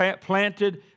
planted